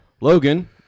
Logan